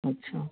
अच्छा